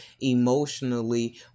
emotionally